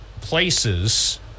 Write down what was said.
places